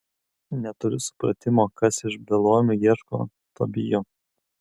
neturiu supratimo kas iš beluomių ieško tobijo